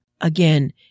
again